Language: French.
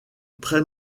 très